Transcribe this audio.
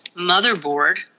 motherboard